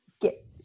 get